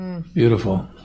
Beautiful